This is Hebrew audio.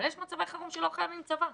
אבל יש מצבי חירום שלא חייבים בהם צבא.